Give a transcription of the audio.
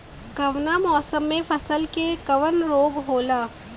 कवना मौसम मे फसल के कवन रोग होला?